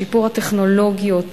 שיפור הטכנולוגיות